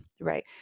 Right